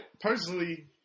personally